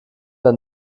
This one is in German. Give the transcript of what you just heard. der